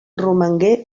romangué